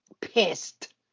pissed